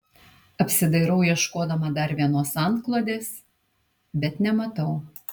apsidairau ieškodama dar vienos antklodės bet nematau